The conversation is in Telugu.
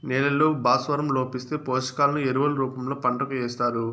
నేలల్లో భాస్వరం లోపిస్తే, పోషకాలను ఎరువుల రూపంలో పంటకు ఏస్తారు